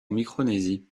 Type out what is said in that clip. micronésie